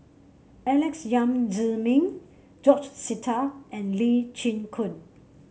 Alex Yam Ziming George Sita and Lee Chin Koon